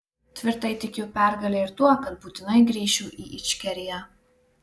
tvirtai tikiu pergale ir tuo kad būtinai grįšiu į ičkeriją